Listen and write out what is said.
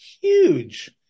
huge